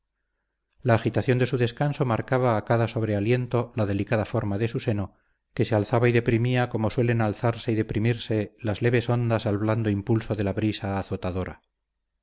la agitación de su descanso marcaba a cada sobrealiento la delicada forma de su seno que se alzaba y deprimía como suelen alzarse y deprimirse las leves ondas al blando impulso de la brisa azotadora